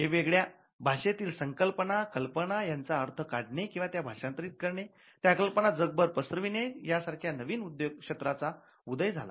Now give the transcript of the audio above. वेगवेगळ्या भाषेतील संकल्पना कल्पना यांचा अर्थ काढणे किंवा त्या भाषांतरीत करणे त्या कल्पना जगभर पसरविणे यासारख्या नवीन क्षेत्राचा उदय झाला